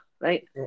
Right